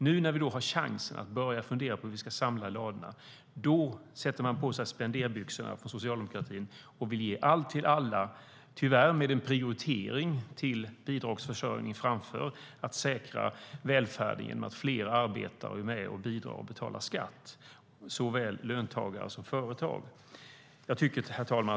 Nu när vi har chansen att börja fundera över hur vi ska samla i ladorna sätter Socialdemokraterna på sig spenderbyxorna och vill ge allt till alla, tyvärr med en prioritering till bidragsförsörjning framför att säkra välfärd genom att fler arbetar, bidrar och betalar skatt, såväl löntagare som företag. Herr talman!